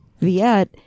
Viet